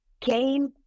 Came